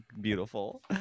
beautiful